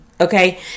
okay